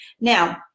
Now